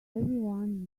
everyone